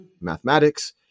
mathematics